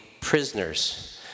prisoners